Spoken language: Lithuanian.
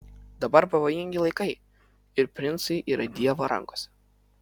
dabar pavojingi laikai ir princai yra dievo rankose